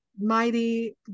mighty